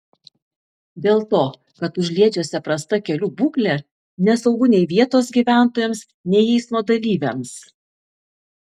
dėl to kad užliedžiuose prasta kelių būklė nesaugu nei vietos gyventojams nei eismo dalyviams